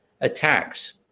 attacks